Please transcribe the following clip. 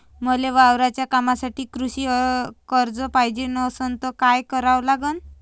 मले वावराच्या कामासाठी कृषी कर्ज पायजे असनं त काय कराव लागन?